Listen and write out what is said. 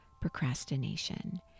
Procrastination